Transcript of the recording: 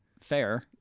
fair